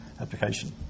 application